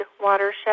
watershed